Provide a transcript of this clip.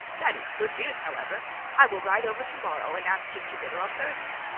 that is good news however i will ride over tomorrow, and ask him to dinner on thursday.